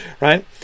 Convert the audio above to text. right